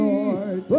Lord